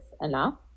enough